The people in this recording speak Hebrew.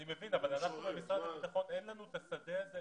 אני מבין אבל למשרד הביטחון אין לנו את השדה הזה,